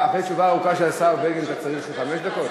אחרי התשובה הארוכה של השר בגין אתה צריך חמש דקות?